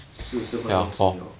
四四分钟几秒